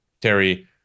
terry